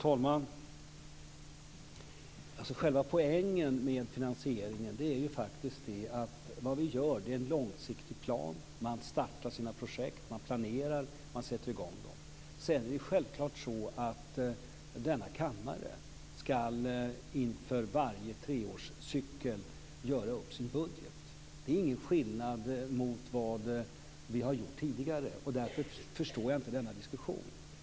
Herr talman! Själva poängen med finansieringen är faktiskt att vi gör en långsiktig plan. Man planerar sina projekt och man sätter i gång dem. Sedan ska självklart denna kammare inför varje treårscykel göra upp sin budget. Det är ingen skillnad mot vad vi har gjort tidigare. Därför förstår jag inte denna diskussion.